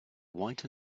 white